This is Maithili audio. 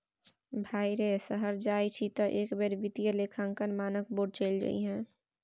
भाय रे शहर जाय छी तँ एक बेर वित्तीय लेखांकन मानक बोर्ड चलि जइहै